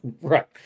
Right